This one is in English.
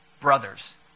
brothers